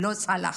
לא צלחו.